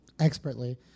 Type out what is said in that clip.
expertly